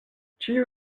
ĉiu